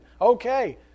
Okay